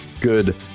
good